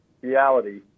Reality